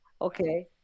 Okay